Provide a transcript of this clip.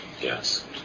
Yes